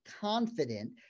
confident